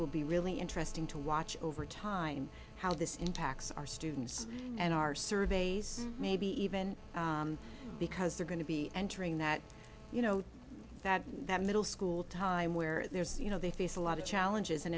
will be really interesting to watch over time how this impacts our students and our surveys maybe even because they're going to be entering that you know that that middle school time where there's you know they face a lot of challenges and